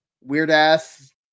weird-ass